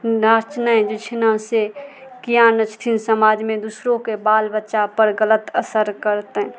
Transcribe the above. नाचनाइ जे छै ने से किए ने छथिन समाजमे दोसरोके बाल बच्चा पर गलत असर करतनि